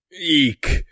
Eek